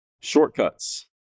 shortcuts